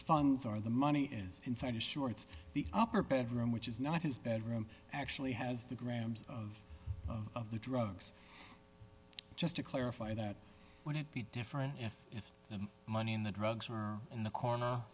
funds are the money is inside his shorts the upper bedroom which is not his bedroom actually has the grams of of the drugs just to clarify that would it be different if it's them money in the drugs or in the corner